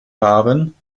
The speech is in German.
haben